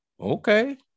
Okay